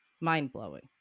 mind-blowing